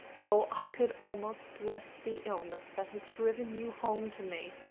oh, i could almost bless the illness that has driven you home to me.